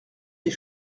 des